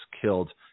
killed